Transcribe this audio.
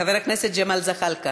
חבר הכנסת ג'מאל זחאלקה,